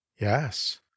Yes